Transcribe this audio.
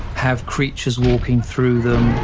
have creatures walking through them,